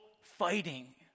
fighting